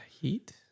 Heat